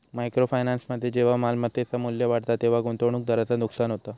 micro फायनान्समध्ये जेव्हा मालमत्तेचा मू्ल्य वाढता तेव्हा गुंतवणूकदाराचा नुकसान होता